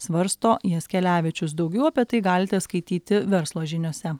svarsto jaskelevičius daugiau apie tai galite skaityti verslo žiniose